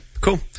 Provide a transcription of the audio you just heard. cool